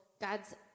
God's